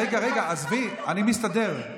רגע, עזבי, אני מסתדר.